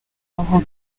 aho